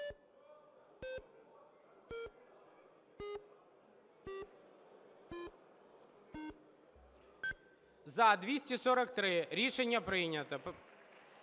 – 16. Рішення прийнято.